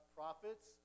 prophets